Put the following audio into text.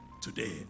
today